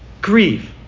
grieve